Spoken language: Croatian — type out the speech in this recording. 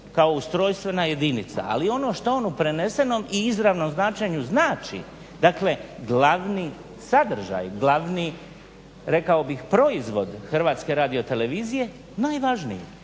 kao ustrojstvena jedinica ali ono što je on u prenesenom i izravnom značenju znači, dakle glavni sadržaj, glavni rekao bih proizvod HRT-a najvažniji.